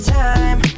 time